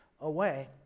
away